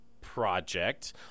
project